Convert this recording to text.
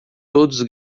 todos